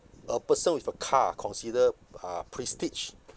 a person with a car consider uh prestige